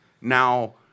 now